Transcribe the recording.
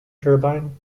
turbine